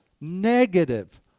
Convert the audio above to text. negative